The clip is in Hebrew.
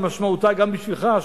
משמעותה גם בשבילך,